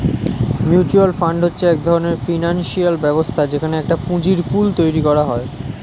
mutual fund হচ্ছে এক ধরণের ফিনান্সিয়াল ব্যবস্থা যেখানে একটা পুঁজির পুল তৈরী করা হয়